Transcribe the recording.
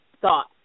thought